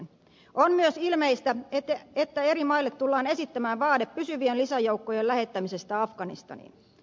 on myös ilmeistä että eri maille tullaan esittämään vaade pysyvien lisäjoukkojen lähettämisestä afganistaniin